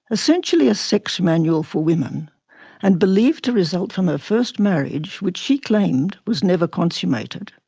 essentially a sex manual for women and believed to result from her first marriage, which she claimed was never consummated,